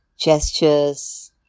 gestures